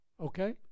okay